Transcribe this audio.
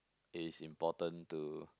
it is important to